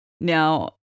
now